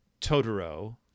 Totoro